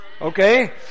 Okay